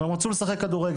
אבל הם רצו לשחק כדורגל.